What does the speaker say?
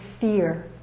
fear